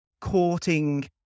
courting